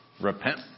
repent